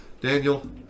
daniel